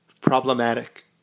problematic